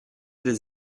des